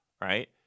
Right